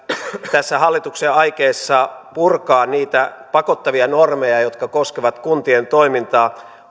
tässä hallituksen aikeessa purkaa niitä pakottavia normeja jotka koskevat kuntien toimintaa